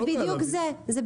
זה בדיוק זה.